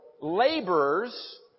laborers